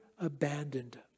abandoned